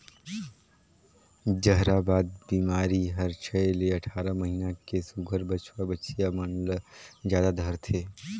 जहरबाद बेमारी हर छै ले अठारह महीना के सुग्घर बछवा बछिया मन ल जादा धरथे